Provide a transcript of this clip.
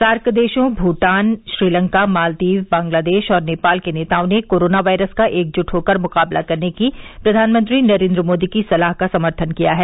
SAARC देशों भूटान श्रीलंका मालदीव बांग्लादेश और नेपाल के नेताओं ने कोरोना वायरस का एकजुट होकर मुकाबला करने की प्रधानमंत्री नरेंद्र मोदी की सलाह का समर्थन किया है